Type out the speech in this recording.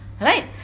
Right